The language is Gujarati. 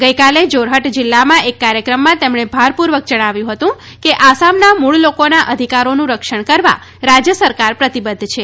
ગઇકાલે જોરહટ જીલ્લામાં એક કાર્યક્રમમાં તેમણે ભારપૂર્વક જણાવ્યું હતું કે આસામના મૂળ લોકોના અધિકારોનું રક્ષણ કરવા રાજય સરકાર પ્રતિબધ્ધ છે